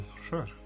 sure